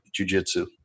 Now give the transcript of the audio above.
jujitsu